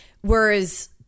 whereas